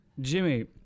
Jimmy